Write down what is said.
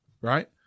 right